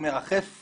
מרחף